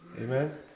Amen